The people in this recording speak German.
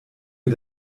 wir